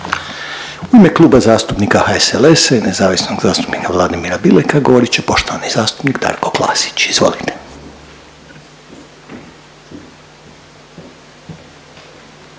U ime Kluba zastupnika HSLS-a i nezavisnog zastupnika Vladimira Bileka govorit će poštovani zastupnik Darko Klasić, izvolite.